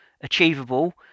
achievable